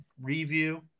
review